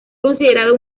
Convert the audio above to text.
considerado